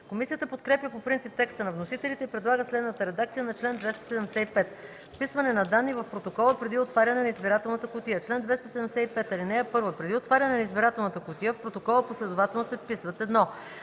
Комисията подкрепя по принцип текста на вносителите и предлага следната редакция на чл. 275: „Вписване на данни в протокола преди отваряне на избирателната кутия Чл. 275. (1) Преди отваряне на избирателната кутия в протокола последователно се вписват: 1.